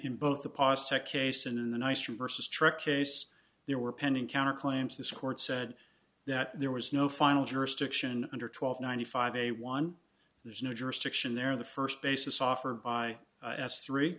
in both the pa sec a sin in the nice versus truck case there were pending counterclaims this court said that there was no final jurisdiction under twelve ninety five a one there's no jurisdiction there the first basis offered by s three